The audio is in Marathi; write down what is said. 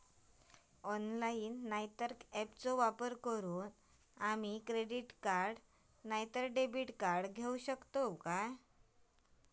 ऑनलाइन नाय तर ऍपचो वापर करून आम्ही क्रेडिट नाय तर डेबिट कार्ड घेऊ शकतो का?